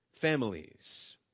families